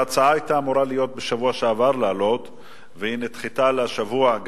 ההצעה היתה אמורה לעלות בשבוע שעבר והיא נדחתה לשבוע הזה.